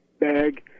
bag